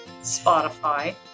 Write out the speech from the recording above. Spotify